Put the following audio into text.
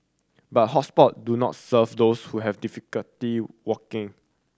but hot spot do not serve those who have difficulty walking